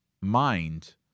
mind